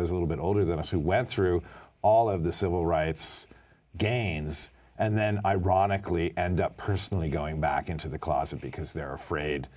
there's a little bit older than us who went through all of the civil rights gains and then ironically and personally going back into the closet because they're afraid